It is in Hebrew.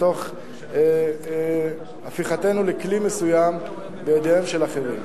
תוך הפיכתנו לכלי מסוים בידיהם של אחרים.